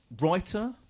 writer